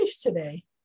today